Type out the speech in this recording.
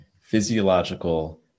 physiological